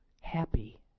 happy